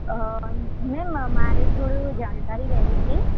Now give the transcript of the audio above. ma'am મારે થોડી જાણકારી લેવી હતી